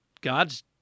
God's